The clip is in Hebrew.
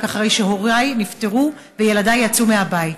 רק אחרי שהוריי נפטרו וילדיי יצאו מהבית.